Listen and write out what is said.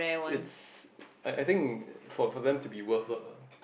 it's I I think for for them to be worth lah